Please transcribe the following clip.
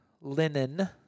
linen